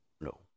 No